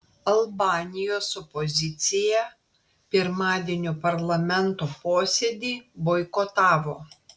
albanijos opozicija pirmadienio parlamento posėdį boikotavo